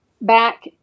back